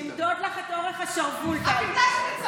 נמדוד לך את אורך השרוול, טלי.